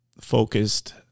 focused